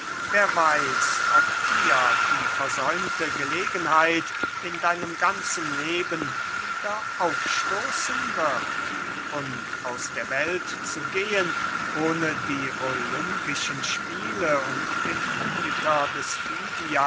wer weiß ob dir die versäumte gelegenheit in deinem ganzen leben wieder aufstoßen wird und aus der welt zu gehen ohne die olympischen spiele und den jupiter des